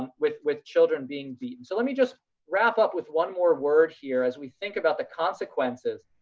with with children being beaten. so let me just wrap up with one more word here, as we think about the consequences,